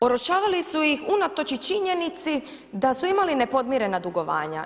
Oročavali su ih unatoč i činjenici da su imali nepodmirena dugovanja.